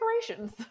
decorations